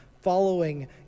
following